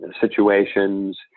situations